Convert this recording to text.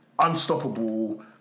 Unstoppable